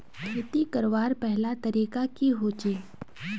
खेती करवार पहला तरीका की होचए?